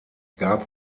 gab